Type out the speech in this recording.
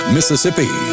Mississippi